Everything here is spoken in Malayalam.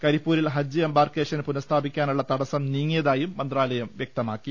കരിപ്പൂരിൽ ഹജ്ജ് എംബാർക്കേഷൻ പുനഃസ്ഥാപിക്കാനുള്ള തടസ്സം നീങ്ങിയതായും മന്ത്രാലയം വ്യക്തമാക്കി